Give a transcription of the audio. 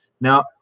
Now